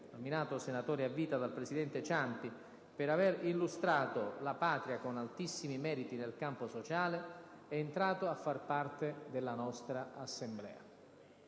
nominato senatore a vita dal presidente Ciampi per aver illustrato la Patria con altissimi meriti nel campo sociale, è entrato a far parte della nostra Assemblea.